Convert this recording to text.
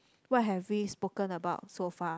what have we spoken about so far